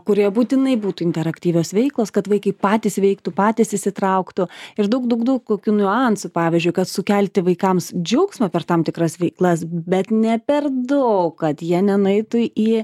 kurie būtinai būtų interaktyvios veiklos kad vaikai patys veiktų patys įsitrauktų ir daug daug kokių niuansų pavyzdžiui kad sukelti vaikams džiaugsmo per tam tikras veiklas bet ne per daug kad jie nenueitų į